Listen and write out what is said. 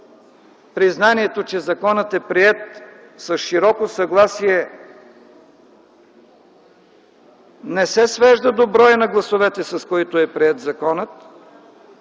признанието, че законът е приет с широко съгласие, не се свежда до броя на гласовете, с които е приет законът,